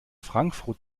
frankfrut